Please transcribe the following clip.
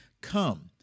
come